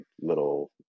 little